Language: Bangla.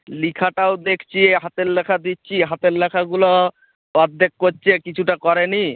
লেখাটাও দেখছি হাতের লেখা দিচ্ছি হাতের লেখাগুলো অর্ধেক করছে কিছুটা করেনি